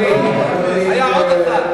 היה עוד אחד,